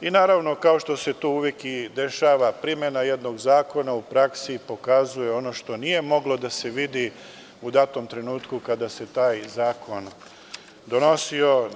Naravno, kao što se to uvek i dešava, primena jednog zakona u praksi pokazuje ono što nije moglo da se vidi u datom trenutku kada se taj zakon donosio.